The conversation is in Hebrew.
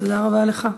תודה רבה לך.